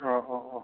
अ अ अ